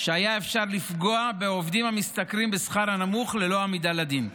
שהיה אפשר לפגוע בעובדים המשתכרים שכר הנמוך ללא עמידה לדין.